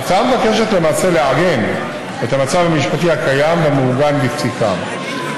ההצעה מבקשת למעשה לעגן את המצב המשפטי הקיים המעוגן בפסיקה.